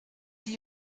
sie